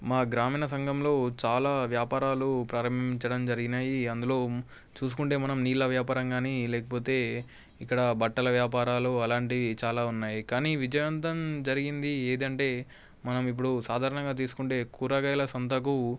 మా గ్రామీణ సంఘంలో చాలా వ్యాపారాలు ప్రారంభించడం జరిగినాయి అందులో చూసుకుంటే మనం నీళ్ళ వ్యాపారం కానీ లేకపోతే ఇక్కడ బట్టల వ్యాపారాలు అలాంటివి చాలా ఉన్నాయి కానీ విజయవంతం జరిగింది ఏంటంటే మనం ఇప్పుడు సాధారణంగా తీసుకుంటే కూరగాయల సంతకు